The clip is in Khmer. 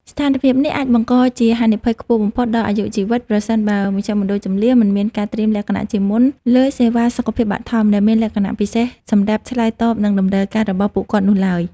ស្ថានភាពនេះអាចបង្កជាហានិភ័យខ្ពស់បំផុតដល់អាយុជីវិត ប្រសិនបើមជ្ឈមណ្ឌលជម្លៀសមិនមានការត្រៀមលក្ខណៈជាមុនលើសេវាសុខភាពបឋម ដែលមានលក្ខណៈពិសេសសម្រាប់ឆ្លើយតបនឹងតម្រូវការរបស់ពួកគាត់នោះឡើយ។